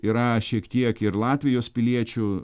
yra šiek tiek ir latvijos piliečių